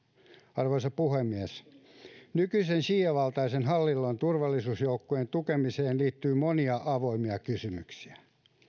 arvoisa puhemies nykyisen siiavaltaisen hallinnon turvallisuusjoukkojen tukemiseen liittyy monia avoimia kysymyksiä